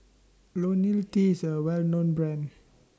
Ionil T IS A Well known Brand